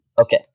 Okay